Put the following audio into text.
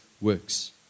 works